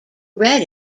read